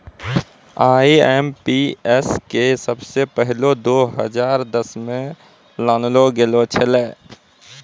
IMPS के सबसे पहिलै दो हजार दसमे लानलो गेलो छेलै